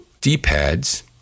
D-pads